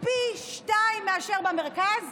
פי שניים מאשר במרכז?